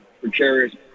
precarious